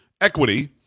equity